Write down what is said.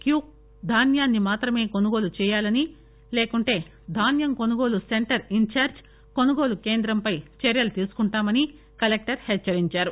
queue ధాన్యాన్ని మాత్రమే కొనుగోలు చేయాలని లేకుంటే ధాన్యం కొనుగోలు సెంటర్ ఇంచార్షి కొనుగోలు కేంద్రం పై చర్యలు తీసుకుంటామని కలెక్లర్ హెచ్చరించారు